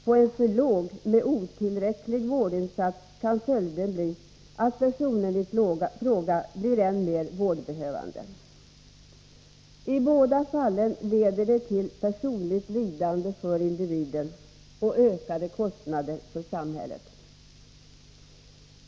På en för låg nivå med otillräcklig vårdinsats kan följden bli att personen i fråga blir än mer vårdbehövande. I båda fallen leder det till personligt lidande för individen och ökade kostnader för samhället.